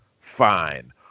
fine